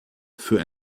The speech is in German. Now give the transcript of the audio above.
für